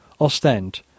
Ostend